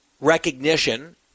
recognition